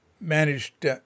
managed